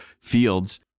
fields